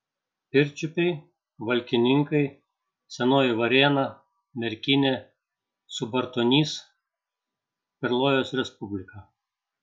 pirčiupiai valkininkai senoji varėna merkinė subartonys perlojos respublika